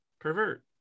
pervert